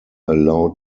allowed